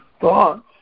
thoughts